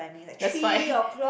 that's why